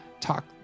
talk